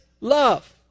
love